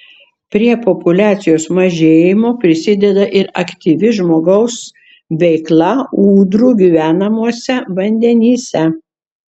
prie populiacijos mažėjimo prisideda ir aktyvi žmogaus veikla ūdrų gyvenamuose vandenyse